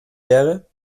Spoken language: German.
wäre